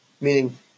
meaning